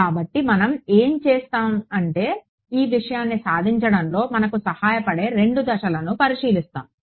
కాబట్టి మనం ఏమి చేస్తాం అంటే ఈ విషయాన్ని సాధించడంలో మనకు సహాయపడే 2 దశలను పరిశీలిస్తాము